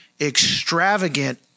extravagant